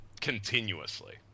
continuously